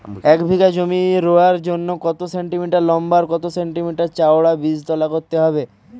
এক বিঘা জমি রোয়ার জন্য কত সেন্টিমিটার লম্বা আর কত সেন্টিমিটার চওড়া বীজতলা করতে হবে?